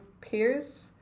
peers